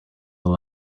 that